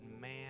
man